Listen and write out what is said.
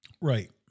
Right